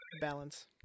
Balance